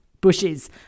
bushes